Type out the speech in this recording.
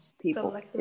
people